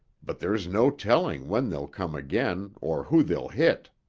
but there's no telling when they'll come again or who they'll hit.